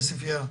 עוספייה,